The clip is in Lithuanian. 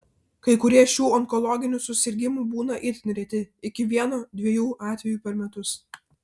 kai kurie šių onkologinių susirgimų būna itin reti iki vieno dviejų atvejų per metus